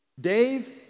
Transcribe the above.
Dave